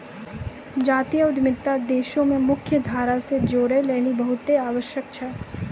जातीय उद्यमिता देशो के मुख्य धारा से जोड़ै लेली बहुते आवश्यक छै